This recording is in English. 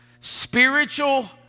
spiritual